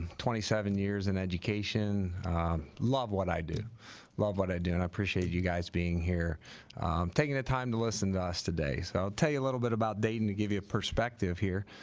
twenty seven years in education love what i do love what i do and i appreciate you guys being here taking the time to listen to us today so tell you a little bit about dating to give you a perspective here